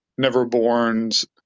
Neverborn's